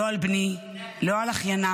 לא על בני, לא על אחייניי,